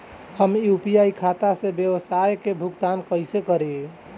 हम यू.पी.आई खाता से व्यावसाय के भुगतान कइसे करि?